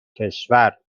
کشور